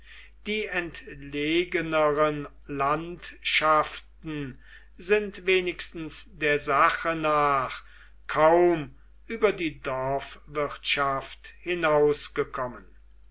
die entlegeneren landschaften sind wenigstens der sache nach kaum über die dorfwirtschaft